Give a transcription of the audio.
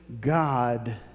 God